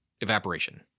evaporation